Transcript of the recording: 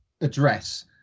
address